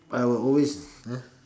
I will always !huh!